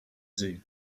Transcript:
zoo